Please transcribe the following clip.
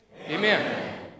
Amen